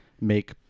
make